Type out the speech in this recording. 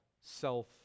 self